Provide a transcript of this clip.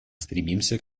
стремимся